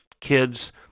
kids